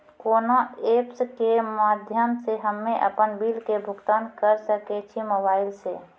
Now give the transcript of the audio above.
कोना ऐप्स के माध्यम से हम्मे अपन बिल के भुगतान करऽ सके छी मोबाइल से?